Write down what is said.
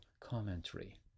commentary